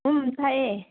ꯎꯝ ꯇꯥꯏꯌꯦ